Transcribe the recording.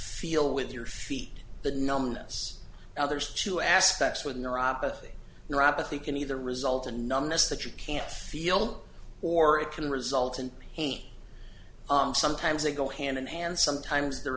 feel with your feet the numbed us now there's two aspects with neuropathy neuropathy can either result in numbness that you can't feel or it can result in pain sometimes they go hand in hand sometimes they're